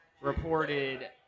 reported